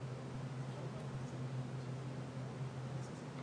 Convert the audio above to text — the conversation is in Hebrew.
שכיוון שבהתחדשות עירונית המצב